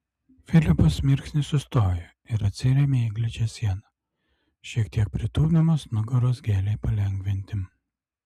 filipas mirksnį sustojo ir atsirėmė į gličią sieną šiek tiek pritūpdamas nugaros gėlai palengvinti